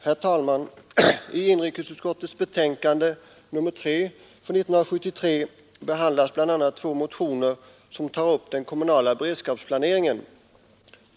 Herr talman! I inrikesutskottets betänkande nr 3 år 1973 behandlas bl.a. två motioner som tar upp den kommunala beredskapsplaneringen.